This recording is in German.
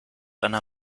einer